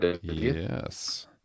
yes